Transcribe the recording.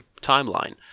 timeline